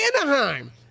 Anaheim